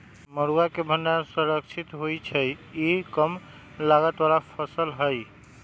मरुआ के भण्डार सुरक्षित होइ छइ इ कम लागत बला फ़सल हइ